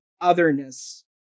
otherness